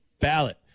ballot